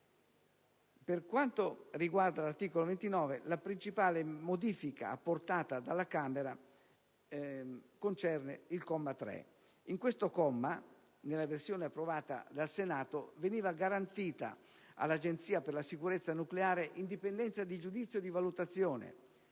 Per quanto riguarda l'articolo 29, la principale modifica apportata dalla Camera concerne il comma 3. In questo comma, nella versione approvata dal Senato, veniva garantita all'Agenzia per la sicurezza nucleare indipendenza di giudizio e di valutazione,